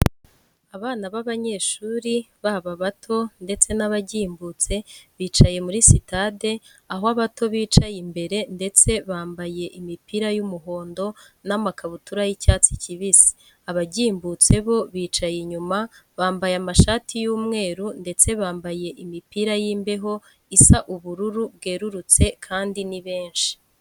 Abana b'abanyeshuri baba abato ndetse n'abagimbutse bicaye muri sitade aho abato bicaye imbere ndetse bambaye imipira y'umuhondo n'amakabutura y'icyatsi kibisi, abagimbutse bo bicaye inyuma bambaye amashati y'umweru ndetse bambaye imipira y'imbeho isa ubururu bwerurutse kandi ni benshi.